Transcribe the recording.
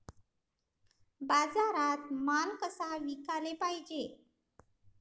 बाजारात माल कसा विकाले पायजे?